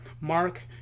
mark